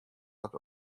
dat